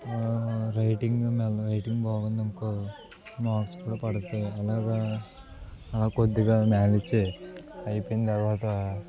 writing writing బాగుంది అనుకో marks కూడా పడతాయి అలాగా కొద్దిగా మేనేజ్ చేయి అయిపోయిన తర్వాత